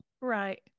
Right